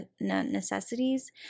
necessities